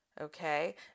Okay